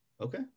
Okay